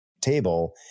table